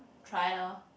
try lor